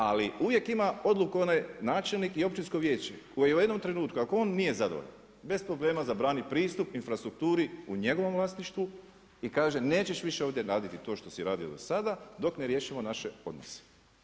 Ali uvijek ima odluku onaj načelnik i općinsko vijeće koje u jednom trenutku ako on nije zadovoljan, bez problema zabrani pristup infrastrukturi u njegovom vlasništvu, i kaže nećeš više ovdje raditi to što si radio do sada, dok ne riješimo naše odnose.